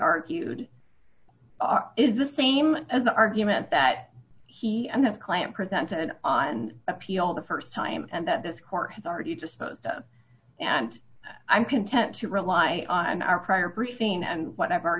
argued is the same as the argument that he and his client presented on appeal the st time and that this court has already disposed of and i'm content to rely on our prior briefing and whatever